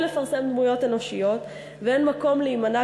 לפרסם דמויות אנושיות ואין מקום להימנע,